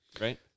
right